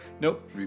Nope